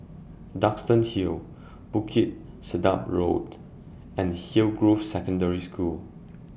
Duxton Hill Bukit Sedap Road and Hillgrove Secondary School